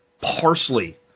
parsley